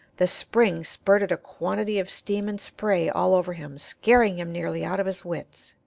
the spring spurted a quantity of steam and spray all over him, scaring him nearly out of his wits.